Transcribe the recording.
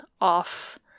off